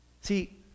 See